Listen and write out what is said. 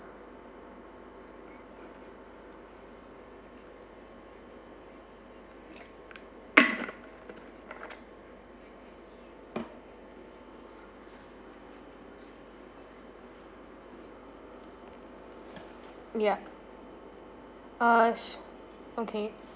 yeah uh okay